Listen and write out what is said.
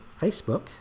Facebook